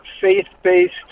faith-based